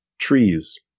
trees